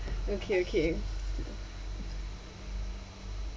okay okay